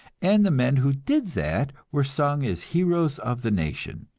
and the men who did that were sung as heroes of the nation.